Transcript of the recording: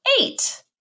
Eight